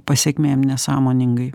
pasekmėm nesąmoningai